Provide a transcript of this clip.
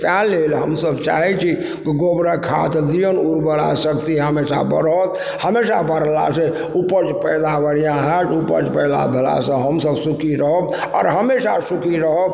तै लेल हमसब चाहय छी गोबरक खाद दियोन उर्वरा शक्ति हमेशा बढ़त हमेशा बढ़लासँ उपज पैदा बढ़िआँ हैत उपज पैदा भेलासँ हमसभ सुखी रहब आओर हमेशा सुखी रहब